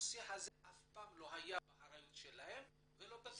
הנושא הזה אף פעם לא היה באחריותם ולא בטיפולם.